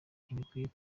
ntibikwiye